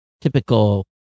typical